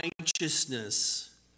righteousness